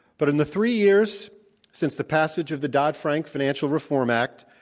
but in the three years since the passage of the dodd frank financial reform act,